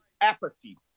apathy